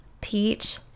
peach